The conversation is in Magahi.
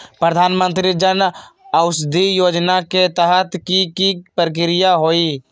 प्रधानमंत्री जन औषधि योजना के तहत की की प्रक्रिया होई?